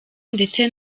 ndetse